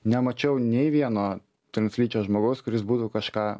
nemačiau nei vieno translyčio žmogaus kuris būtų kažką